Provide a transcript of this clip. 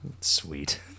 Sweet